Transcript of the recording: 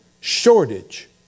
shortage